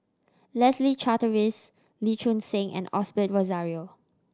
Leslie Charteris Lee Choon Seng and Osbert Rozario